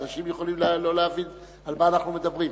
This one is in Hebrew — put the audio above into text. אנשים יכולים לא להבין על מה אנחנו מדברים.